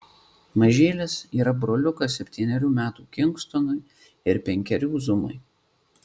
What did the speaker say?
mažylis yra broliukas septynerių metų kingstonui ir penkerių zumai